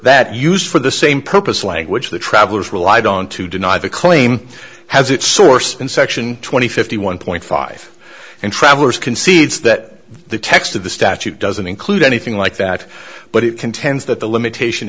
that used for the same purpose language the travelers relied on to deny the claim has its source in section twenty fifty one point five and travelers concedes that the text of the statute doesn't include anything like that but it contends that the limitation